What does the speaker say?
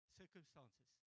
circumstances